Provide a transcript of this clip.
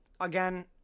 Again